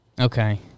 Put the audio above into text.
Okay